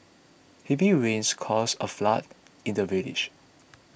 heavy rains caused a flood in the village